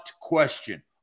question